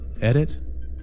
edit